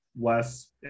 less